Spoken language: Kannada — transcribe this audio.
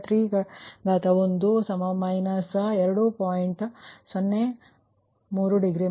03 ಡಿಗ್ರಿ ಆಗಿದೆ